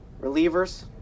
relievers